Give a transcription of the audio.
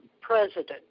president